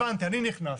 הבנתי, אני נכנס.